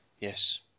yes